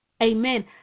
Amen